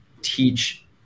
teach